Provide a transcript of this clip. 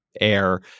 air